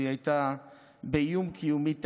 והיא הייתה באיום קיומי תקציבי.